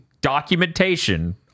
documentation